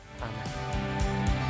Amen